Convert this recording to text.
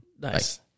Nice